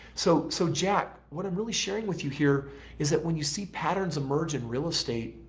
so, so jack what i'm really sharing with you here is that when you see patterns emerge in real estate,